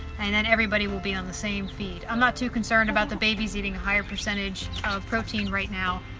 and then everybody will be on the same feed. i'm not too concerned about the babies eating a higher percentage of protein right now,